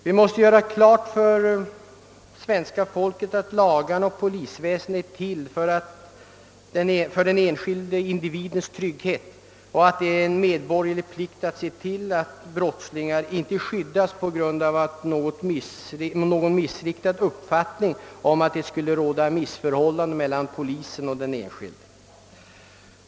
Vi måste göra klart för svenska folket att lagar och polisväsende är till för den enskilde individens trygghet samt att det är en medborgerlig plikt att se till att brottslingar inte skyddas genom någon felaktig uppfattning att det skulle råda missförhållanden mellan polisen och den enskilde.